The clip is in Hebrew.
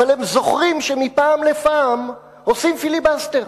אבל הם זוכרים שמפעם לפעם עושים פיליבסטר.